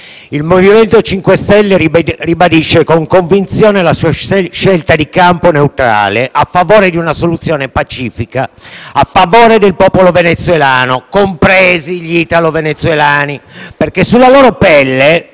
Il MoVimento 5 Stelle ribadisce con convinzione la sua scelta di campo neutrale a favore di una soluzione pacifica, a favore del popolo venezuelano, compresi gli italo-venezuelani: mettiamo al